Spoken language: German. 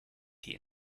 die